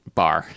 bar